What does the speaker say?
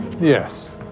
Yes